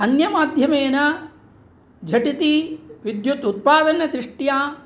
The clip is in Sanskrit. अन्यमाध्यमेन झटिति विद्युत् उत्पादनदृष्ट्या